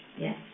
Yes